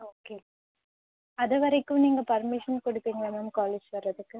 okay அதுவரைக்கும் நீங்கள் permission கொடுப்பீங்களா மேம் காலேஜ் வரதுக்கு